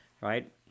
right